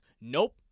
Nope